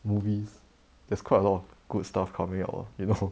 movies there's quite a lot of good stuff coming out ah you know